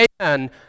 amen